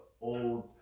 old